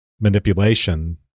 manipulation